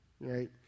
right